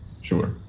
Sure